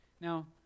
Now